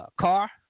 car